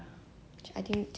mmhmm